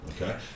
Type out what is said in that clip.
okay